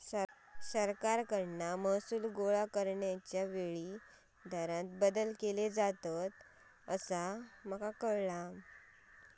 सरकारकडसून महसूल गोळा करण्याच्या वेळी दरांत बदल केले जात असतंत, असा माका कळाला